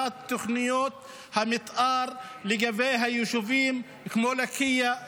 תוכניות המתאר לגבי היישובים כמו לקיה,